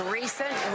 recent